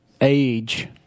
age